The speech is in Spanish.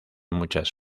muchas